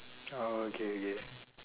oh okay okay